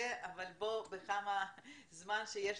אני יכולה לדבר עליך עוד הרבה אבל בוא ספר